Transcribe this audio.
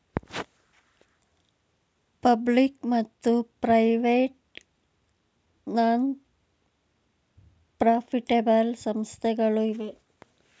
public ಮತ್ತು private non profitable ಸಂಸ್ಥೆಗಳು ಇವೆ